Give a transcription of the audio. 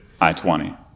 I-20